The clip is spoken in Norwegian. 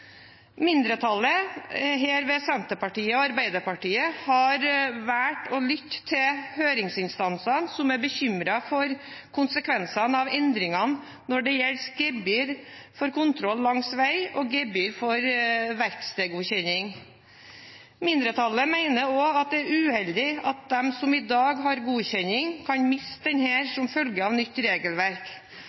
Mindretallet, Arbeiderpartiet og Senterpartiet i dette tilfellet, har valgt å lytte til høringsinstansene, som er bekymret for konsekvensene av endringene når det gjelder gebyr for kontroll langs vei og gebyr for verkstedsgodkjenning. Mindretallet mener også at det er uheldig at de som i dag har godkjenning, kan miste den som følge av nytt regelverk.